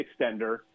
extender